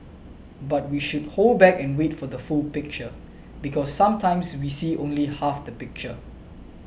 but we should hold back and wait for the full picture because sometimes we see only half the picture